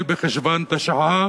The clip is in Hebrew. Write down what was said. מתקדרים.